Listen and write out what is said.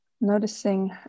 noticing